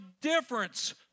difference